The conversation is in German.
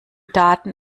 daten